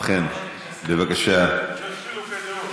יש חילוקי דעות.